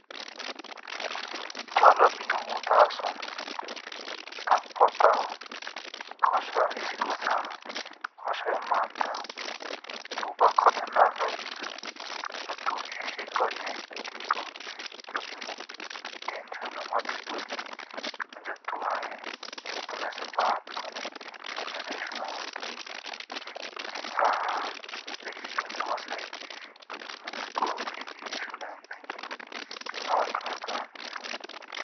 जोला भी आऊं उदास हूँ तक बताओ कि कोस्सा एसिक हसना कोसा यो मंदा तू बाआ खतरनाक आदमी हो और तू इसी कोरेये ठीक हो जब भी मख टेंशन माथी पौद्येह। जब तू आये और मेरे से बात कोरे। तब मख असो लागे कि मुक्क कभी भी एसो लागेना कि आउं अकेला आदमी हूँ।